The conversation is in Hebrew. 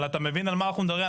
אבל אתה מבין על מה אנחנו מדברים.